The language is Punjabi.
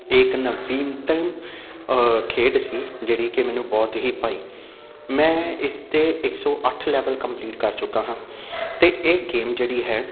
ਇਹ ਇਕ ਨਵੀਨਤਮ ਖੇਡ ਸੀ ਜਿਹੜੀ ਕਿ ਮੈਨੂੰ ਬਹੁਤ ਹੀ ਭਾਈ ਮੈਂ ਇਸ 'ਤੇ ਇੱਕ ਸੌ ਅੱਠ ਲੈਵਲ ਕੰਪਲੀਟ ਕਰ ਚੁੱਕਾ ਹਾਂ ਅਤੇ ਇਹ ਗੇਮ ਜਿਹੜੀ ਹੈ